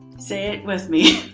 say it with me,